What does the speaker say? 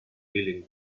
dealing